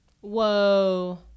Whoa